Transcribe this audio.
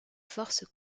forces